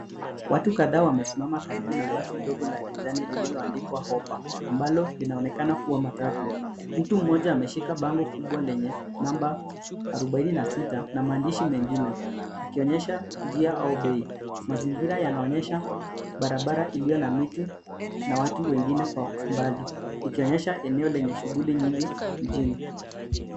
Watu kadhaa wasimama karibu na basi dogo la kijani lililoandikwa Hoppa ambalo linaonekana kuwa matatu. Mtu mmoja ameshika bango kubwa lenye namba arubaini na sita na maandishi mengine akionyesha njia au bei. Mazingira yanaonyesha barabara iliyo na miti na watu wengine kwa mbali, ikionyesha eneo lenye shughuli nyingi mjini.